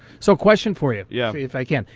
so question for you, if yeah if i can.